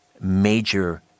major